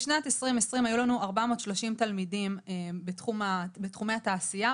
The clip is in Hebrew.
בשנת 2020 היו לנו 430 תלמידים בתחומי התעשייה.